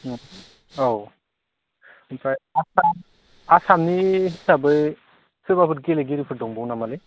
औ ओमफ्राय आसाम आसामनि हिसाबै सोरबाफोर गेलेगिरिफोर दंबावो नामालै